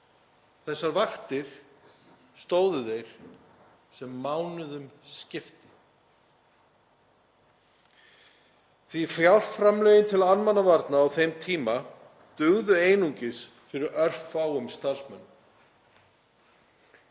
Þessar vaktir stóðu þeir svo mánuðum skipti því að fjárframlögin til almannavarna á þeim tíma dugðu einungis fyrir örfáum starfsmönnum.